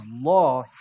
law